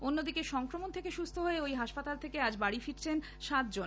অন্যদিকে সংক্রমণ থেকে সুস্হ হয়ে ওই হাসপাতাল থেকে আজ বাড়ি ফিরছেন সাতজন